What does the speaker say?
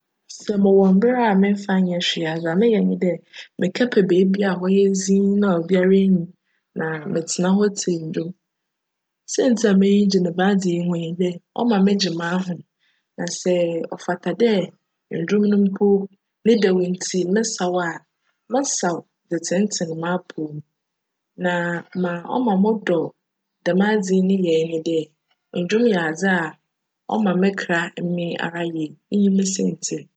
Sj mowc mber a memmfa nnyj hwee a, dza meyj nye dj mekjpj beebi a cyj dzinn a obiara nnyi hc na metsena hc tsie ndwom. Siantsir a m'enyi gye djm adze yi ho nye dj, cma me gye m'ahom na sj cfata dj ndwom no mpo ne djw ntsi mesaw a, mesaw dze tsentsen m'apcw mu. Na ma cma mo dc djm adze yi ne nyje nye dj, ndwom yj adze a cma me kra mee ara yie. Iyi nye siantsir.